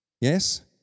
Yes